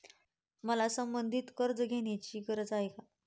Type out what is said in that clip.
मला संबंधित कर्ज घेण्याची गरज आहे